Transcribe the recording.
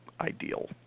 ideal